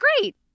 great